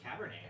Cabernet